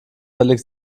völlig